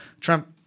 Trump –